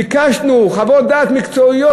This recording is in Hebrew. ביקשנו חוות דעת מקצועיות,